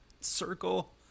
circle